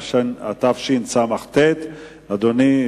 התשס"ט 2009. אדוני,